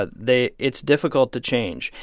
ah they it's difficult to change.